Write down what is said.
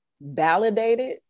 validated